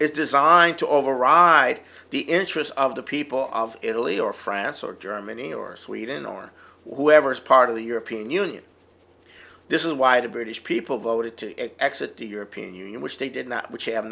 is designed to override the interests of the people of italy or france or germany or sweden or whoever is part of the european union this is why the british people voted to exit the european union which they did not which have